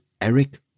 Eric